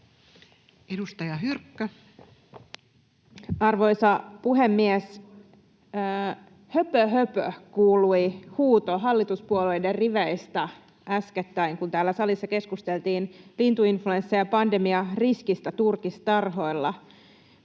Content: Arvoisa puhemies! ”Höpö höpö”, kuului huuto hallituspuolueiden riveistä äskettäin, kun täällä salissa keskusteltiin lintuinfluenssa- ja pandemiariskistä turkistarhoilla.